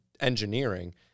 engineering